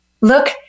Look